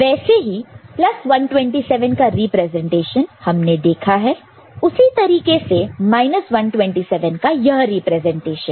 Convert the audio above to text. वैसे ही 127 का रिप्रेजेंटेशन हमने देखा है उसी तरीके से 127 का यह रीप्रेजेंटेशन है